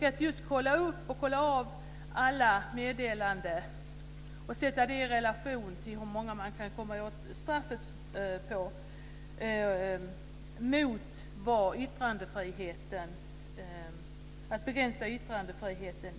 Att kolla av alla meddelanden och se hur många man kan komma åt med straff måste ställas mot vad det innebär att begränsa yttrandefriheten.